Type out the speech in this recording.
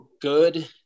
good